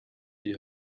die